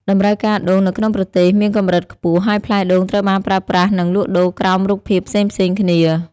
តម្រូវការដូងនៅក្នុងប្រទេសមានកម្រិតខ្ពស់ ហើយផ្លែដូងត្រូវបានប្រើប្រាស់ និងលក់ដូរក្រោមរូបភាពផ្សេងៗគ្នា។